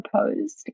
proposed